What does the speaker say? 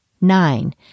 Nine